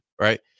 right